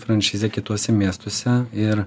franšizę kituose miestuose ir